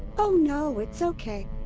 oh no, it's okay.